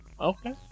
okay